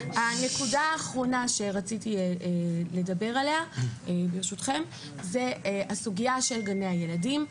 הנקודה האחרונה שרציתי לדבר עליה ברשותכם היא הסוגיה של גני הילדים.